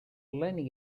lerni